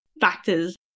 factors